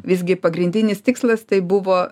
visgi pagrindinis tikslas tai buvo